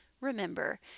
remember